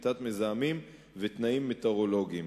פליטת מזהמים ותנאים מטאורולוגיים.